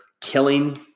killing